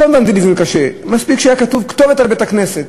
כל ונדליזם קשה, מספיק שהייתה כתובת על בית-הכנסת,